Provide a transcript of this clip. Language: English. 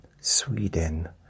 Sweden